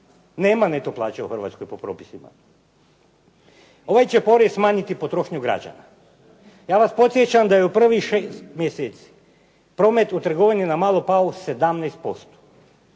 nema neto plaće u Hrvatskoj po propisima. Ovaj će porez smanjiti potrošnju građana. Ja vas podsjećam da je u prvih šest mjeseci promet u trgovini na malo pao 17%.